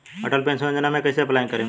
Atal pension Yojana मे कैसे apply करेम?